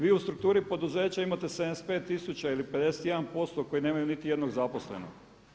Vi u strukturi poduzeća imate 75 tisuća ili 51% koji nemaju niti jednog zaposlenog.